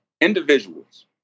individuals